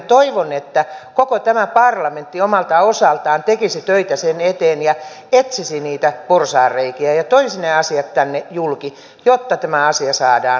toivon että koko tämä parlamentti omalta osaltaan tekisi töitä sen eteen ja etsisi niitä porsaanreikiä ja toisi ne asiat tänne julki jotta tämä asia saadaan vihdoinkin hoidettua